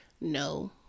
no